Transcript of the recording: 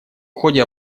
ходе